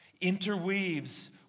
interweaves